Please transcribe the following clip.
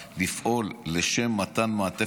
לפעול לשם מתן מעטפת